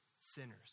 sinners